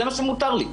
זה מה שמותר לי.